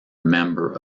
member